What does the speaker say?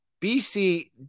BC